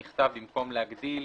נכתב: במקום להגדיל,